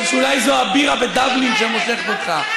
זאת הבירה בדבלין שמושכת אותך.